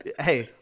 Hey